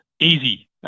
easy